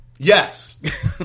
Yes